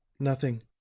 nothing.